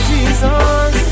Jesus